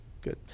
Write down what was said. Good